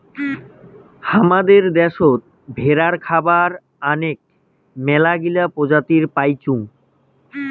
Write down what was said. হামাদের দ্যাশোত ভেড়ার খাবার আনেক মেলাগিলা প্রজাতি পাইচুঙ